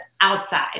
outside